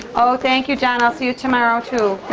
oh, thank you, jeff. i'll see you tomorrow, too.